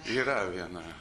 yra viena